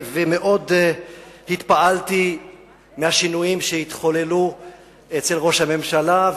והתפעלתי מאוד מהשינויים שהתחוללו אצל ראש הממשלה.